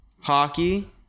Hockey